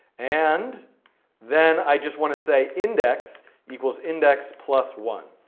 and then i just want to say index equals index plus one.